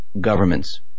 governments